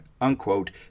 unquote